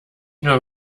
nur